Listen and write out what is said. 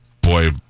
boy